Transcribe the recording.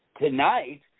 tonight